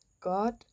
God